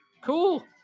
Cool